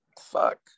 Fuck